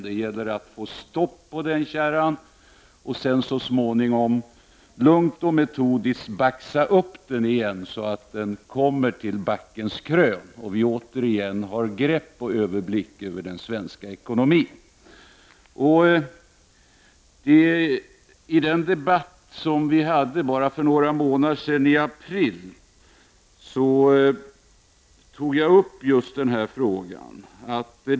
Det gällde att få stopp på kärran och sedan så småningom lungt och metodiskt baxa upp den igen så att den kom till backens krön för att vi återigen skulle få grepp och överblick över den svenska ekonomin. I den debatt som vi förde i april, för bara några månader sedan, tog jag upp just denna fråga.